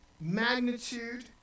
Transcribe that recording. magnitude